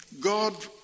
God